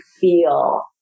feel